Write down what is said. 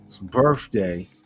birthday